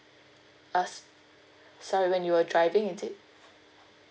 uh sorry when you were driving is it